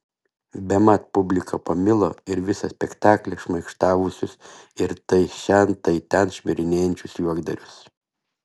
bemat publika pamilo ir visą spektaklį šmaikštavusius ir tai šen tai ten šmirinėjančius juokdarius